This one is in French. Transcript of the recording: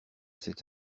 cet